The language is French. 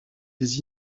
des